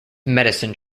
medicine